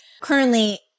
currently